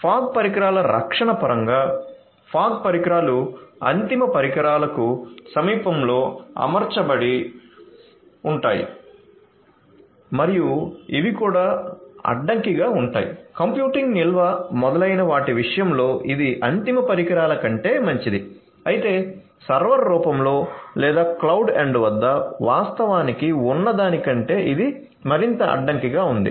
fog పరికరాల రక్షణ పరంగా ఫాగ్ పరికరాలు అంతిమ పరికరాలకు సమీపంలో అమర్చబడి ఉంటాయి మరియు ఇవి కూడా అడ్డంకిగా ఉంటాయి కంప్యూటింగ్ నిల్వ మొదలైన వాటి విషయంలో ఇది అంతిమ పరికరాల కంటే మంచిది అయితే సర్వర్ రూపంలో లేదా క్లౌడ్ ఎండ్ వద్ద వాస్తవానికి ఉన్నదాని కంటే ఇది మరింత అడ్డంకి గా ఉంది